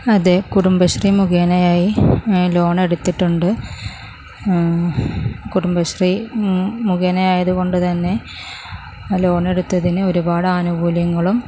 അതേ കുടുംബശ്രീ മുഖേനയായി ലോണെടുത്തിട്ടുണ്ട് കുടുംബശ്രീ മുഖേന ആയതുകൊണ്ട് തന്നെ ലോണെടുത്തതിന് ഒരുപാടാനുകൂല്യങ്ങളും